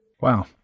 Wow